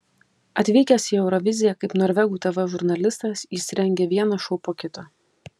atvykęs į euroviziją kaip norvegų tv žurnalistas jis rengia vieną šou po kito